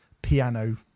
Piano